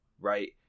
right